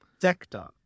sector